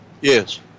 Yes